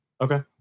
Okay